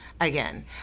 again